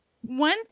One